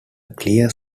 clear